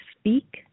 speak